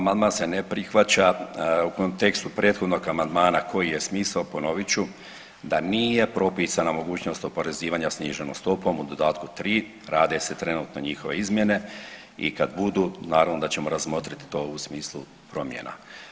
Amandman se ne prihvaća u kontekstu prethodnog amandmana koji je smisao, ponovit ću, da nije propisana mogućnost oporezivanja sniženom stopom u dodatku 3, rade se trenutno njihove izmjene i kad budu naravno da ćemo razmotrit to u smislu promjena.